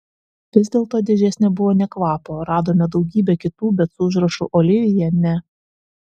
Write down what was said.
vis dėlto dėžės nebuvo nė kvapo radome daugybę kitų bet su užrašu olivija ne